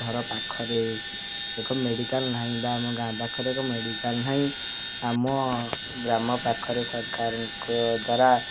ଘର ପାଖରେ ଏକ ମେଡ଼ିକାଲ୍ ନାହିଁ ବା ଆମ ଗାଁ ପାଖରେ ଏକ ମେଡ଼ିକାଲ୍ ନାହିଁ ଆମ ଗ୍ରାମ ପାଖରେ ସରକାରଙ୍କ ଦ୍ୱାରା